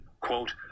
Quote